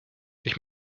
ich